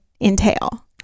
entail